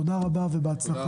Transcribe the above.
תודה רבה ובהצלחה.